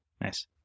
Nice